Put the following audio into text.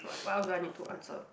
what what else do I need to answer